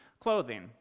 clothing